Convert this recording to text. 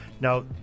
Now